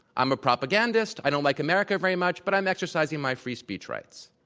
i'm a propagandist. i don't like america very much. but i'm exercising my free speech rights.